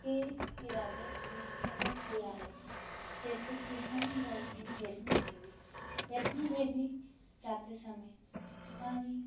के इरादे से सफर किया है जैसे कि हम गए थे वैष्णो देवी वैष्णो देवी जाते समय हमारी